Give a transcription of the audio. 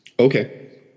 Okay